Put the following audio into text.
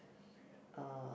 uh